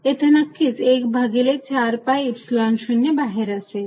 आणि नक्कीच येथे 1 भागिले 4 pi Epsilon 0 बाहेर असेल